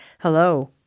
hello